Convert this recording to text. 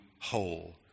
whole